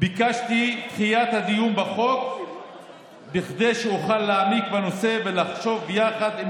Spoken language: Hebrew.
ביקשתי דחייה של הדיון בחוק כדי שאוכל לדון בנושא ולחשוב ביחד עם